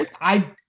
I-